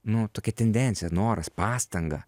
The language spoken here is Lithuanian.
nu tokia tendencija noras pastanga